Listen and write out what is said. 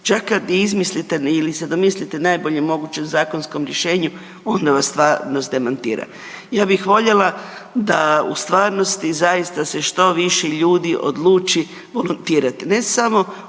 čak kad i izmislite ili se domislite najboljem mogućem zakonskom rješenju, onda vas stvarnost demantira. Ja bih voljela da u stvarnosti zaista se što više ljudi odluči volontirati,